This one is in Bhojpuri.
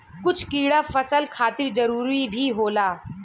कुछ कीड़ा फसल खातिर जरूरी भी होला